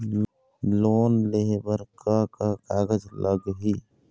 Loan लेहे बर का का कागज लगही?